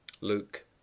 Luke